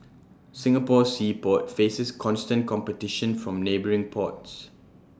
Singapore's sea port faces constant competition from neighbouring ports